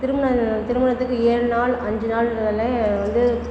திருமணம் திருமணத்துக்கு ஏழு நாள் அஞ்சு நாள் மேலே வந்து